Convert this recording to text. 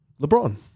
LeBron